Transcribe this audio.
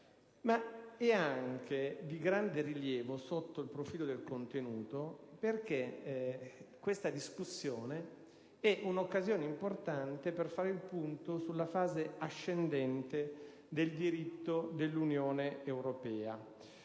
argomento di grande rilievo sotto il profilo del contenuto, perché questa discussione è un'occasione importante per fare il punto sulla fase ascendente del diritto dell'Unione europea,